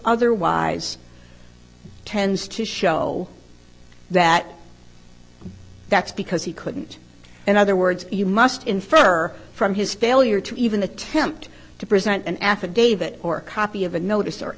otherwise tends to show that that's because he couldn't in other words you must infer from his failure to even attempt to present an affidavit or a copy of a notice or